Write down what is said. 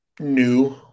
new